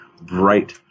bright